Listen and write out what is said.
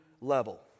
level